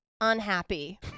unhappy